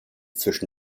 zwischen